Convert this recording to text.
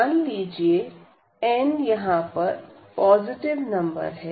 मान लीजिए n यहां पर पॉजिटिव नंबर है